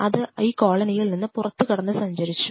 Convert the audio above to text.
അത് ഈ കോളനിയിൽ നിന്ന് പുറത്തുകടന്ന് സഞ്ചരിച്ചു